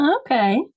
Okay